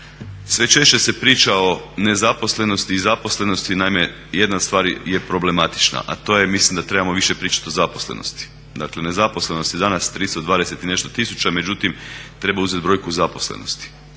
Sve češće se priča o nezaposlenosti i zaposlenosti. Naime jedna stvar je problematična, a to je mislim da trebamo više pričat o zaposlenosti. Dakle nezaposlenost je danas 320 i nešto tisuća, međutim treba uzet broju zaposlenosti.